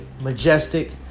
majestic